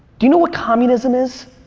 do you know what communism is?